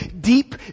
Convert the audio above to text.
deep